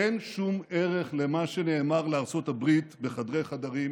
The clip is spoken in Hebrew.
אין שום ערך למה שנאמר לארצות הברית בחדרי-חדרים